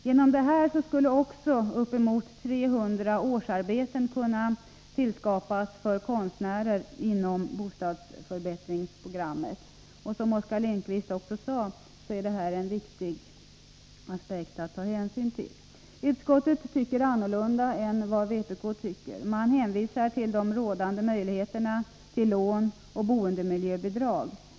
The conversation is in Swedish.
Genom detta skulle också uppemot 300 årsarbeten kunna tillskapas för konstnärer inom ramen för bostadsförbättringsprogrammet. Som också Oskar Lindkvist sade är det här en viktig aspekt att ta hänsyn till. Utskottets majoritet tycker annorlunda än vpk och hänvisar till de rådande möjligheterna till lån och boendemiljöbidrag.